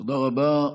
תודה רבה.